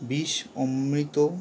বিষ অমৃত